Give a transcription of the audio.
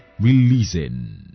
Releasing